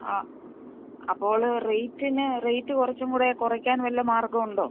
ആ അപ്പോൾ റേറ്റിന് റേറ്റ് കുറച്ചും കൂടെ കുറക്കാൻ വല്ല മാർഗവുമുണ്ടോ